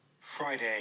Friday